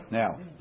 now